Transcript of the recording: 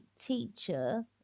teacher